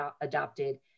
adopted